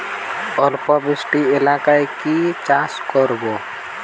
অল্প বৃষ্টি এলাকায় কি চাষ করব?